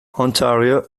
ontario